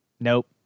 Nope